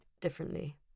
differently